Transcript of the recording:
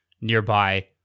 nearby